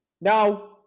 Now